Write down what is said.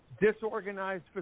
disorganized